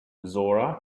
zora